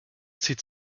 zieht